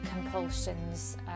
compulsions